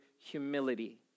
humility